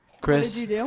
Chris